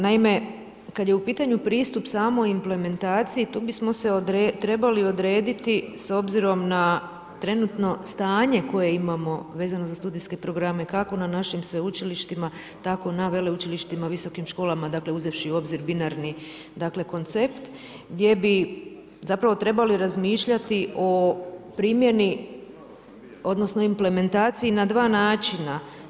Naime, kad je u pitanju pristup samoj implementaciji, tu bismo se trebali odrediti s obzirom na trenutno stanje koje imamo vezano za studijske programe kako na našim sveučilištima, tako na veleučilištima, visokim školama uzevši u obzir binarni koncept gdje bi zapravo trebali razmišljati o primjeni odnosno implementaciji na sva načina.